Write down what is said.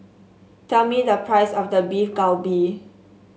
tell me the price of the Beef Galbi